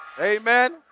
Amen